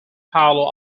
palo